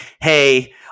Hey